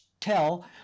tell